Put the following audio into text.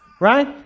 right